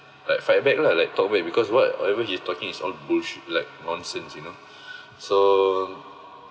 like fight back lah like talk back because what whatever he's talking it's all bullsh~ like nonsense you know so